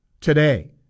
today